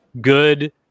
good